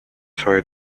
свое